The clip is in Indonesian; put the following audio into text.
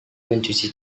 mencuci